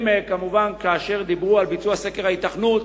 הם, כמובן, כאשר דיברו על ביצוע סקר ההיתכנות,